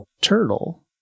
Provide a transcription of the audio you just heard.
turtle